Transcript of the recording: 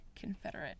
Confederate